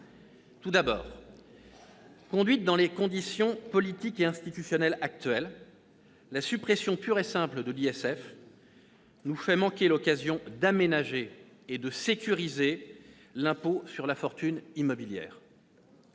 Tout d'abord, conduite dans les conditions politiques et institutionnelles actuelles, la suppression pure et simple de l'ISF nous fait manquer l'occasion d'aménager et de sécuriser l'impôt sur la fortune immobilière.